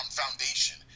foundation